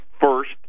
first